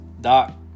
Doc